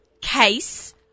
case